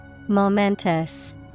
Momentous